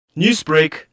Newsbreak